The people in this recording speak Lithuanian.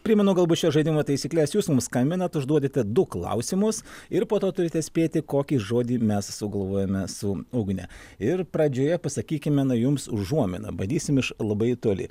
primenu galbūt šio žaidimo taisykles jūs mums skambinat užduodate du klausimus ir po to turite spėti kokį žodį mes sugalvojome su ugne ir pradžioje pasakykime na jums užuominą bandysim iš labai toli